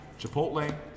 Chipotle